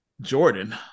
Jordan